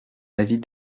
l’avis